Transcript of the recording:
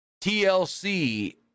TLC